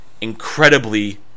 incredibly